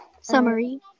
summary